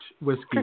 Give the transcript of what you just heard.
whiskey